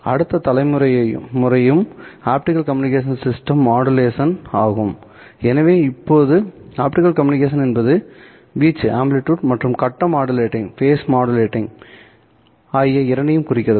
அடுத்த தலைமுறையும் optical communication systems modulation ஆகும் எனவே இப்போது ஆப்டிகல் கம்யூனிகேஷன் என்பது வீச்சு மற்றும் கட்டம் மாடுலேட்டிங் ஆகிய இரண்டையும் குறிக்கிறது